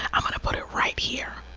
and i'm gonna put it right here,